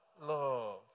love